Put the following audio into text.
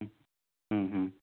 ಹ್ಞ ಹ್ಞೂ ಹ್ಞೂ